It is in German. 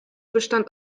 bestand